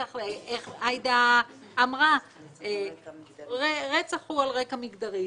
כמו שעאידה אמרה: הרצח הוא על רקע מגדרי.